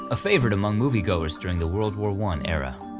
a favorite among moviegoers during the world war one era.